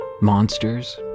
monsters